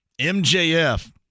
MJF